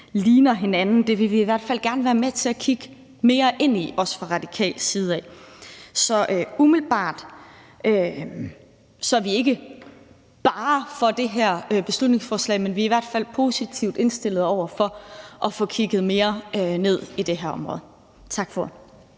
ligner hinanden. Det vil vi i hvert fald også gerne være med til at kigge mere ind i fra radikal side. Så umiddelbart er vi ikke bare for det her beslutningsforslag, men vi er i hvert fald positivt indstillede over for at få kigget mere ned i det her område. Tak for